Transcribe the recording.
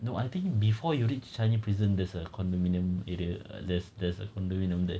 no I think before you reach changi prison there's a condominium area there's there's a condominium there